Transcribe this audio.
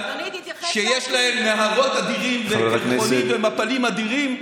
שיש להן נהרות אדירים ומפלים אדירים,